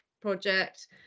project